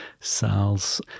cells